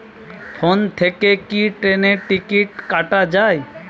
Phone থেকে কি ট্রেনের টিকিট কাটা য়ায়?